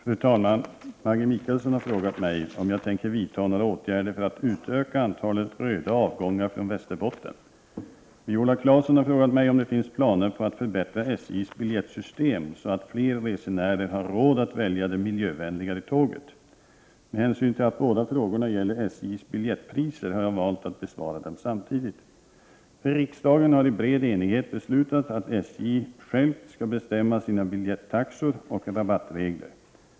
Fru talman! Maggi Mikaelsson har frågat mig om jag tänker vidta några åtgärder för att utöka antalet röda avgångar från Västerbotten. Viola Claesson har frågat mig om det finns planer på att förbättra SJ:s biljettsystem, så att fler resenärer har råd att välja det miljövänligare tåget. Med hänsyn till att båda frågorna gäller SJ:s biljettpriser har jag valt att besvara dem samtidigt. Riksdagen har i bred enighet beslutat att SJ självt skall bestämma sina biljettaxor och rabattregler.